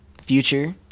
Future